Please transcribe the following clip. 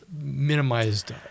minimized